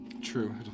True